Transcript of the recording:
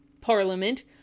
Parliament